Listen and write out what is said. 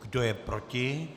Kdo je proti?